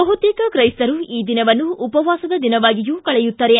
ಬಹುತೇಕ ಕ್ರೈಸ್ತರು ಈ ದಿನವನ್ನು ಉಪವಾಸದ ದಿನವಾಗಿಯೂ ಕಳೆಯುತ್ತಾರೆ